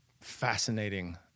fascinating